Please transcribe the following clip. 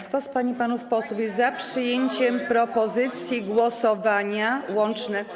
Kto z pań i panów posłów jest za przyjęciem propozycji głosowania łącznego.